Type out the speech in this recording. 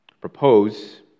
propose